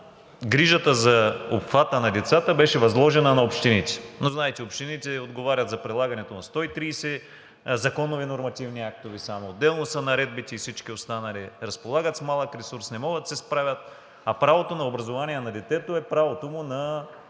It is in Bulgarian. грижата за обхвата на децата беше възложена на общините. Знаете, общините отговарят за прилагането на 130 законови нормативни актове само, отделно са наредбите и всички останали, разполагат с малък ресурс, не могат да се справят, а правото на образование на детето е правото му на